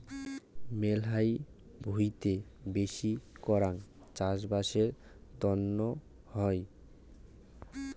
মেলহাই ভুঁইতে বেশি করাং চাষবাসের তন্ন হই